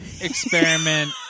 experiment